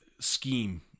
scheme